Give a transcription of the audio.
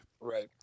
Right